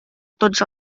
tots